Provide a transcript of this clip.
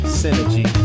synergy